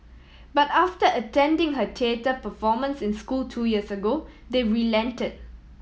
but after attending her theatre performance in school two years ago they relented